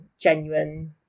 genuine